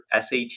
SAT